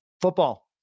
Football